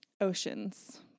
Oceans